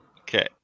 Okay